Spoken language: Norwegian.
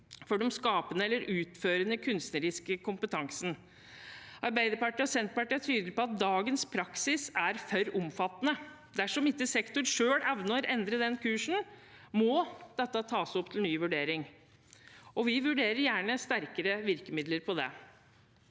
for den skapende eller utførende kunstneriske kompetansen. Arbeiderpartiet og Senterpartiet er tydelig på at dagens praksis er for omfattende. Dersom ikke sektoren selv evner å endre den kursen, må dette tas opp til ny vurdering, og vi vurderer gjerne sterkere virkemidler for det.